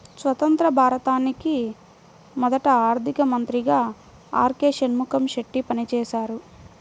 స్వతంత్య్ర భారతానికి మొదటి ఆర్థిక మంత్రిగా ఆర్.కె షణ్ముగం చెట్టి పనిచేసారు